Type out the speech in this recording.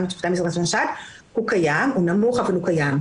מתמותה מסרטן שד הוא נמוך אבל הוא קיים,